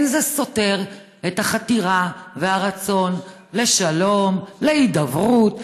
זה לא זה סותר את החתירה והרצון לשלום ולהידברות,